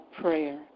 prayer